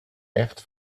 echt